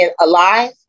alive